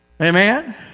Amen